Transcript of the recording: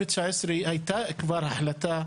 בשביל זה עשו את זה,